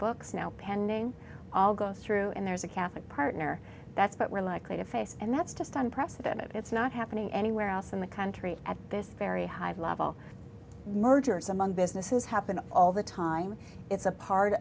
books now pending all go through and there's a catholic partner that's what we're likely to face and that's just unprecedented it's not happening anywhere else in the country at this very high level mergers among businesses happen all the time it's a part